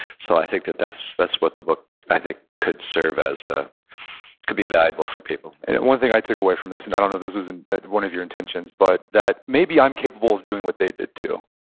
so i think that that's that's what the book i think could serve as, ah could be valuable for people and one thing i took away from this, and i don't know if this was and one of your intentions, but that maybe i'm capable of doing what they did too,